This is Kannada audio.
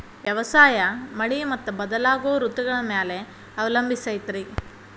ವ್ಯವಸಾಯ ಮಳಿ ಮತ್ತು ಬದಲಾಗೋ ಋತುಗಳ ಮ್ಯಾಲೆ ಅವಲಂಬಿಸೈತ್ರಿ